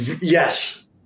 Yes